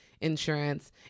insurance